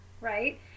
Right